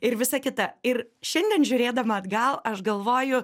ir visa kita ir šiandien žiūrėdama atgal aš galvoju